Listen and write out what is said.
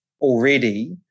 already